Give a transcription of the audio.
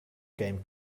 game